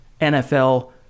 NFL